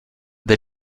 they